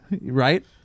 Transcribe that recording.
Right